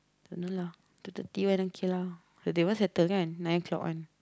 don't know lah two thirty one don't care lah they want settle kan nine o-clock one